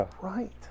right